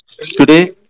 Today